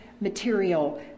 material